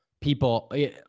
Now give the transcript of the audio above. people